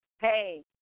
Hey